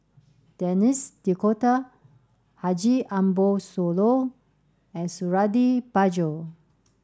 Denis D'Cotta Haji Ambo Sooloh and Suradi Parjo